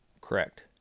Correct